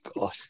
God